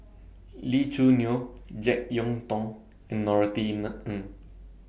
Lee Choo Neo Jek Yeun Thong and Norothy Ng